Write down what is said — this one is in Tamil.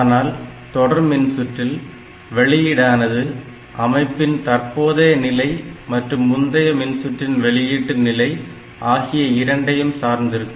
ஆனால் தொடர்மின்சுற்றில் வெளியீடானது அமைப்பின் தற்போதைய நிலை மற்றும் முந்தைய மின்சுற்றின் வெளியீட்டு நிலை ஆகிய இரண்டையும் சார்ந்திருக்கும்